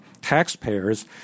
taxpayers